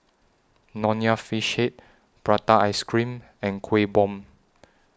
Nonya Fish Head Prata Ice Cream and Kueh Bom